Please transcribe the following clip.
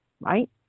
right